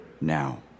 now